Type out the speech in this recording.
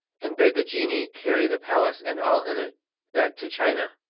and bade the genie carry the palace and all in it back to china.